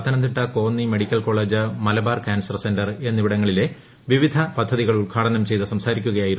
Pathanamthitta Konni medical college Malabar cancer centre എന്നിവിടങ്ങളിലെ വിപ്പിധ പദ്ധതികൾ ഉദ്ഘാടനം ചെയ്തു സംസാരിക്കുകയായിരുന്നു